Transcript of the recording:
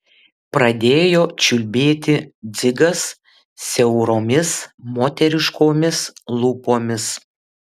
pradėjo čiulbėti dzigas siauromis moteriškomis lūpomis